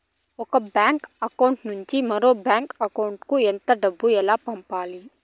ఒక bank account నుంచి మరొక బ్యాంకు అకౌంట్ కు ఎంత డబ్బు ఎలా పంపాలి